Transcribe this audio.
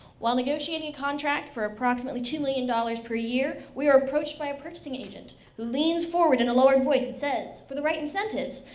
while negotiating contract for approximately two million dollars per year, we are approached by a purchasing agent, who leans forward in a lowered voice and says for the right incentives,